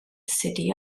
city